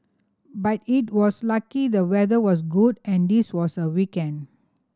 but it was lucky the weather was good and this was a weekend